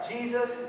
Jesus